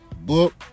Book